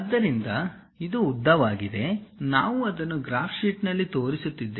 ಆದ್ದರಿಂದ ಇದು ಉದ್ದವಾಗಿದೆ ನಾವು ಅದನ್ನು ಗ್ರಾಫ್ ಶೀಟ್ನಲ್ಲಿ ತೋರಿಸುತ್ತಿದ್ದೇವೆ